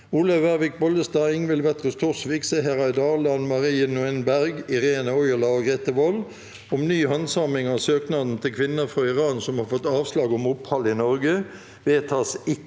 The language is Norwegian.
Olaug Vervik Bollestad, Ingvild Wetrhus Thorsvik, Seher Aydar, Lan Marie Nguyen Berg, Irene Ojala og Grete Wold om ny handsaming av søknaden til kvinner frå Iran som har fått avslag om opphald i Norge (Innst.